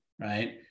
right